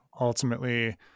Ultimately